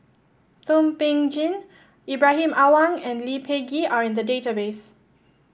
Thum Ping Tjin Ibrahim Awang and Lee Peh Gee are in the database